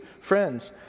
friends